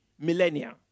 millennia